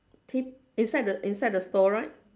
ta~ inside inside the store right